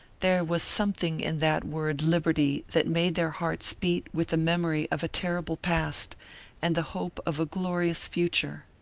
there was something in that word liberty that made their hearts beat with the memory of a terrible past and the hope of a glorious future.